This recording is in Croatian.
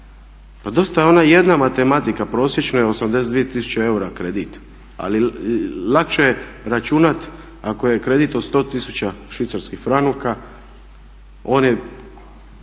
Pa dosta je ona jedna matematika prosječno je 82 tisuće eura kredit ali lakše je računati ako je kredit od 100 tisuća švicarskih franaka, on je